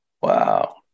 wow